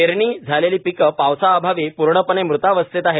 पेरणी झालेली पिके पावसाअभावी पूर्णपणे मृतावस्थेत आहेत